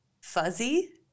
Fuzzy